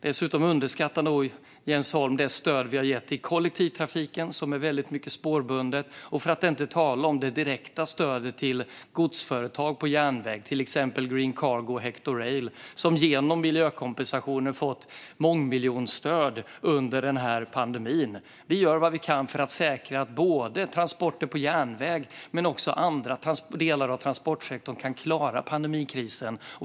Dessutom tror jag att Jens Holm underskattar det stöd som vi har gett till kollektivtrafiken som i hög utsträckning är spårbunden, för att inte tala om det direkta stöd som går till företag som kör gods på järnväg, till exempel Green Cargo och Hector Rail. Genom miljökompensationer har de fått mångmiljonstöd under pandemin. Vi gör vad vi kan för att säkra att både transporter på järnväg och andra delar av transportsektorn kan klara pandemikrisen.